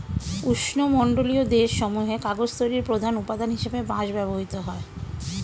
উষ্ণমণ্ডলীয় দেশ সমূহে কাগজ তৈরির প্রধান উপাদান হিসেবে বাঁশ ব্যবহৃত হয়